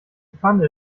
pfanne